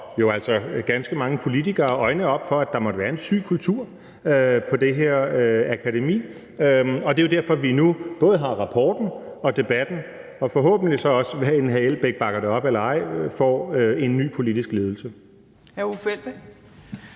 ganske mange politikere øjnene op for, at der måtte være en syg kultur på det her akademi, og det er jo derfor, vi nu har både rapporten og debatten og forhåbentlig så også, hvad enten hr. Uffe Elbæk bakker det op eller ej, får en ny politisk ledelse.